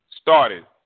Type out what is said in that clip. started